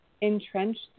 entrenched